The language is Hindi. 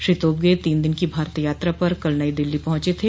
श्री तोब्गे तीन दिन की भारत यात्रा पर कल नई दिल्ली पहुंचे थे